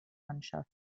mannschaft